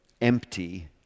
empty